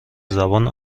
زبان